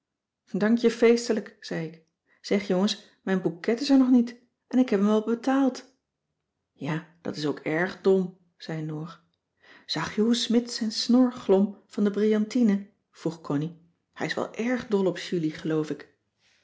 dank je feestelijk zei ik zeg jongens mijn bouquet is er nog niet en ik heb hem al betaald ja dat is ook erg dom zei noor zag je hoe smidt z'n snor glom van de brillantine vroeg connie hij is wel erg dol op julie geloof ik